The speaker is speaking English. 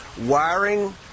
wiring